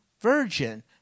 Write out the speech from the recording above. virgin